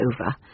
over